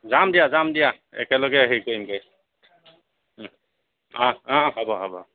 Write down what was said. যাম দিয়া যাম দিয়া একেলগে হেই কৰিম গে অঁ অঁ হ'ব হ'ব